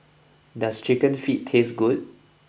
does Chicken Feet taste good